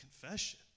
confession